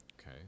okay